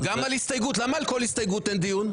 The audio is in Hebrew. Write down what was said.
למה על כל הסתייגות אין דיון?